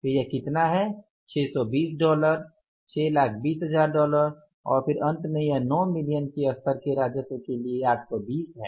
फिर यह कितना है 620 डॉलर 620000 डॉलर और फिर अंत में यह 9 मिलियन के स्तर के राजस्व के लिए 820 है